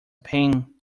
pain